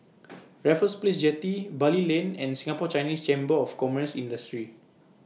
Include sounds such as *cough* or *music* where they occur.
*noise* Raffles Place Jetty Bali Lane and Singapore Chinese Chamber of Commerce and Industry